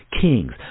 kings